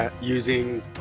using